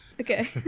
okay